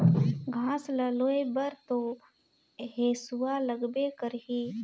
घास ल लूए बर तो हेसुआ लगबे करही